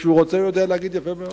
כשהוא רוצה, הוא יודע להגיד יפה מאוד.